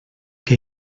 que